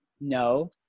No